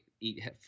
Eat